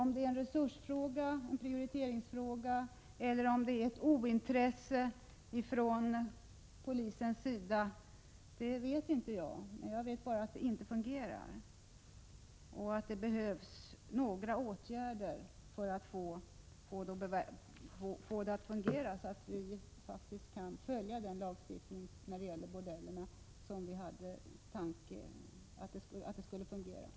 Om det är en resursfråga eller prioriteringsfråga eller om det hela beror på ointresse från polisens sida vet jag inte. Jag vet bara att lagen inte fungerar och att det behövs åtgärder för att lagen beträffande bordellerna fungerar och efterlevs.